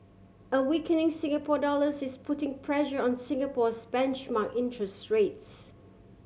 a weakening Singapore dollars is putting pressure on Singapore's benchmark interest rates